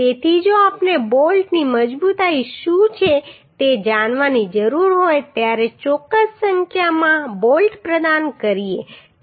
તેથી જો આપણે બોલ્ટની મજબૂતાઈ શું છે તે જાણવાની જરૂર હોય ત્યારે ચોક્કસ સંખ્યામાં બોલ્ટ પ્રદાન કરીએ